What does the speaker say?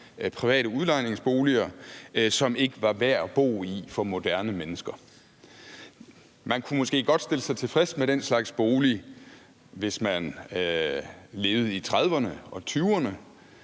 private udlejningsboliger, som ikke var værd at bo i for moderne mennesker. Man kunne måske godt stille sig tilfreds med den slags bolig, hvis man levede i 1930'erne og 1920'erne,